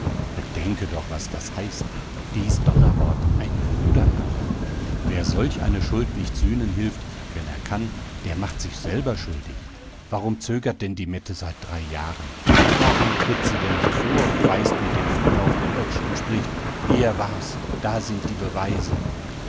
bedenke doch was das heißt dies donnerwort ein brudermörder wer solch eine schuld nicht sühnen hilft wenn er kann der macht sich selber schuldig warum zögert denn die mette seit drei jahren warum tritt sie denn nicht vor und weist mit dem finger auf den oetsch und spricht er war's da sind die beweise